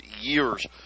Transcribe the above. years